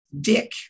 Dick